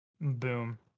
Boom